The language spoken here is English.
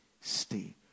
stay